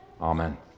Amen